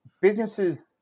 businesses